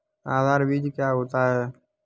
आधार बीज क्या होता है?